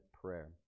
prayer